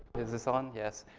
is this on? yes.